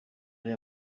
ari